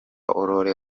aurore